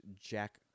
Jack